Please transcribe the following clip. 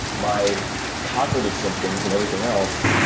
my cognitive symptoms and everything else